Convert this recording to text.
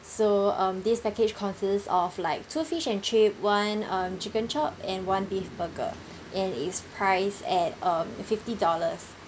so um this package consists of like two fish and chip one um chicken chop and one beef burger and is priced at um fifty dollars